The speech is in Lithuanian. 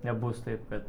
nebus taip kad